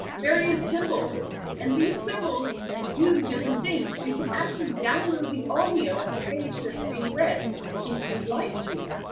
various symbols. and these symbols do different things. you can actually download the audio of the page that's being read if you'd like to.